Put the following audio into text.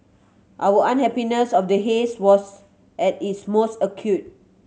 our unhappiness of the haze was at its most acute